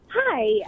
hi